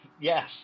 Yes